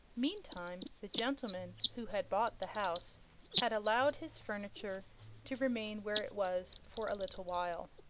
meantime, the gentleman who had bought the house had allowed his furniture to remain where it was for a little while.